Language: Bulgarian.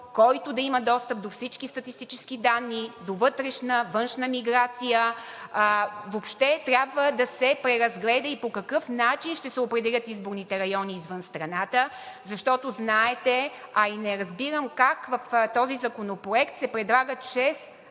който да има достъп до всички статистически данни: до вътрешна, външна миграция. Въобще трябва да се преразгледа и по какъв начин ще се определят изборните райони извън страната, защото, знаете, а и не разбирам как в този законопроект се предлагат